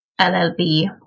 llb